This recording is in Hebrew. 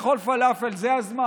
לך לאכול פלאפל, זה הזמן.